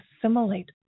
assimilate